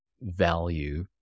value